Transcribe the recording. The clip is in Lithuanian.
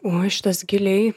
oi šitas giliai